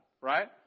right